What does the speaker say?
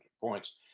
points